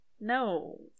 No